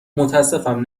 متاسفم